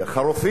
הרופאים?